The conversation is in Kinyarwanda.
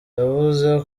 yavuze